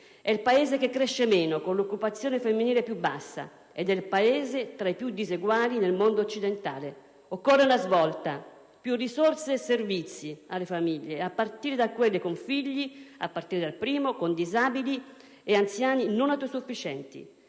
È il Paese che cresce meno, con l'occupazione femminile più bassa, ed è un Paese tra i più diseguali nel mondo occidentale. Occorre una svolta: più risorse e servizi alle famiglie, in particolare da quelle con figli, a partire dal primo, con disabili e anziani non autosufficienti.